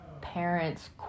parents